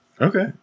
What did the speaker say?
Okay